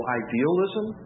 idealism